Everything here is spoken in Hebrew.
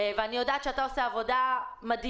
אני יודעת שאתה בעיר עושה עבודה מדהימה